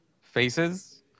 faces